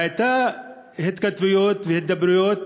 והיו התכתבויות והידברויות,